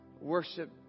worship